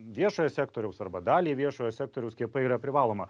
viešojo sektoriaus arba daliai viešojo sektoriaus skiepai yra privaloma